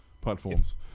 platforms